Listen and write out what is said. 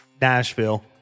Nashville